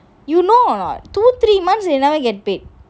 you know or not two three months they never get paid